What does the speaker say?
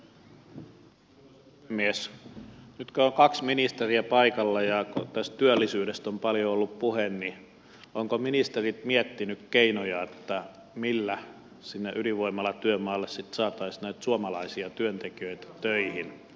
nyt kun on kaksi ministeriä paikalla ja tästä työllisyydestä on paljon ollut puhe niin ovatko ministerit miettineet keinoja millä sinne ydinvoimalatyömaalle sitten saataisiin näitä suomalaisia työntekijöitä töihin